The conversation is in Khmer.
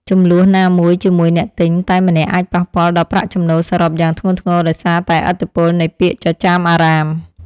ជម្លោះណាមួយជាមួយអ្នកទិញតែម្នាក់អាចប៉ះពាល់ដល់ប្រាក់ចំណូលសរុបយ៉ាងធ្ងន់ធ្ងរដោយសារតែឥទ្ធិពលនៃពាក្យចចាមអារ៉ាម។